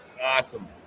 Awesome